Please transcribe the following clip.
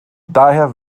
daher